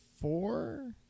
four